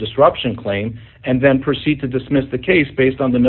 disruption claim and then proceed to dismiss the case based on the